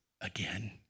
again